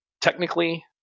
technically